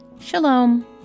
Shalom